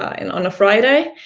and on a friday,